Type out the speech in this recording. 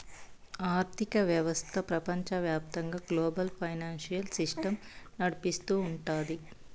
ఆర్థిక వ్యవస్థ ప్రపంచవ్యాప్తంగా గ్లోబల్ ఫైనాన్సియల్ సిస్టమ్ నడిపిస్తూ ఉంటది